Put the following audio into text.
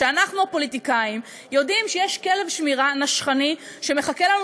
כשאנחנו הפוליטיקאים יודעים שיש כלב שמירה נשכני שמחכה לנו